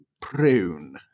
prune